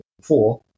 four